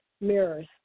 Mirrors